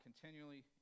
continually